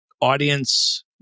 audience